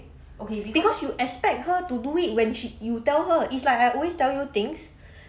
because you expect her to do it when sh~ you tell her it's like I always tell you things